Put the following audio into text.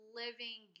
living